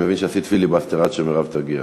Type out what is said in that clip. אני מבין שעשית פיליבסטר עד שמרב תגיע.